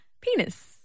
penis